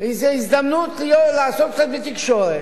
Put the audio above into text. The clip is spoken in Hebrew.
לעסוק קצת בתקשורת,